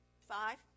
Five